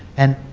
and